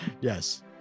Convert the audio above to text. Yes